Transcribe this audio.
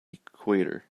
equator